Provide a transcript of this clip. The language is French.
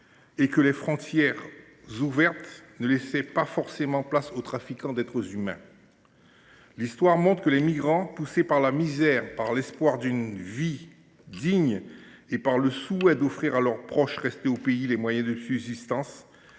et que les frontières ouvertes ne laissaient pas forcément passer des trafiquants d’êtres humains. L’histoire montre que les migrants, poussés par la misère, par l’espoir d’une vie digne et par le souhait d’offrir à leurs proches restés au pays des moyens de subsistance,